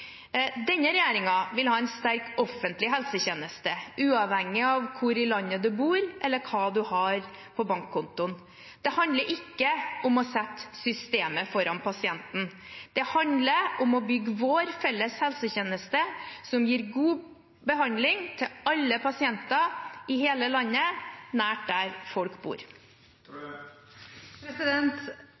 Denne regjeringen vil ha en sterk offentlig helsetjeneste, uavhengig av hvor i landet man bor, eller hva man har på bankkontoen. Det handler ikke om å sette systemet foran pasienten. Det handler om å bygge vår felles helsetjeneste, som gir god behandling til alle pasienter i hele landet nær der folk